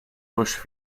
bush